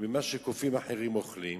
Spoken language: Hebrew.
פחות ממה שקופים אחרים אוכלים.